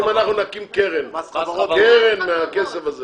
אם אנחנו נקים קרן מהכסף הזה